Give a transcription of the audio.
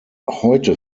heute